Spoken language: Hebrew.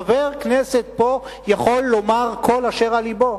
חבר כנסת פה יכול לומר את כל אשר על לבו,